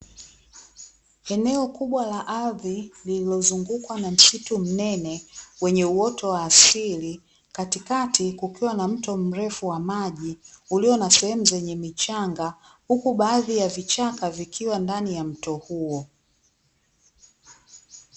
Eneo kubwa la ardhi lililozungukwa na msitu mnene wenye uoto wa asili, katikati kukiwa na mto mrefu wa maji ulio na sehemu zenye michanga, huku baadhi ya vichaka vikiwa ndani ya mto huo.